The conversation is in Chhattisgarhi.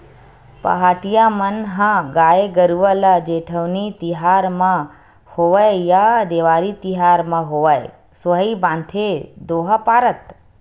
पहाटिया मन ह गाय गरुवा ल जेठउनी तिहार म होवय या देवारी तिहार म होवय सोहई बांधथे दोहा पारत